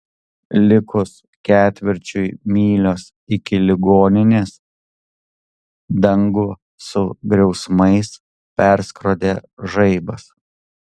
likus ketvirčiui mylios iki ligoninės dangų su griausmais perskrodė žaibas